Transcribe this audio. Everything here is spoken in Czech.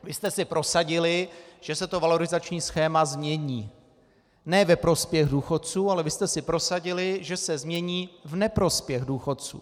Vy jste si prosadili, že se to valorizační schéma změní ne ve prospěch důchodců, ale vy jste si prosadili, že se změní v neprospěch důchodců.